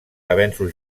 avenços